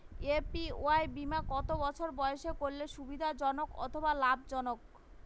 APY বীমা কত বছর বয়সে করলে সুবিধা জনক অথবা লাভজনক?